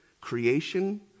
creation